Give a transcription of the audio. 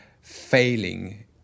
failing